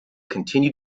continue